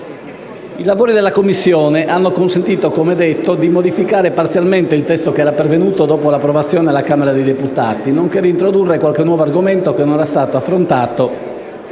I lavori della Commissione hanno consentito, come detto, di modificare parzialmente il testo che era pervenuto dopo l'approvazione alla Camera dei deputati, nonché di introdurre qualche nuovo argomento che non era stato affrontato